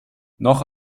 noch